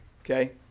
okay